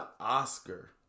Oscar